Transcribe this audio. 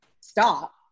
stop